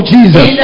Jesus